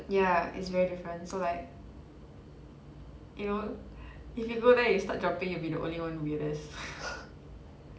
ya it's very different so like you know if you go there you start jumping you'll be the only one weirdest